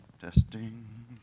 Testing